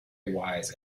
wise